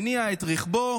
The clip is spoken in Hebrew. מניע את רכבו,